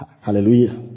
Hallelujah